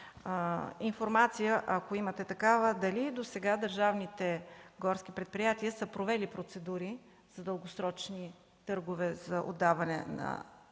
информация, ако имате такава – дали досега държавните горски предприятия са провели процедури за дългосрочни търгове за добиване на